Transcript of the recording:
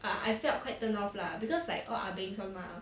I felt quite turned off lah because like all ah bengs [one] mah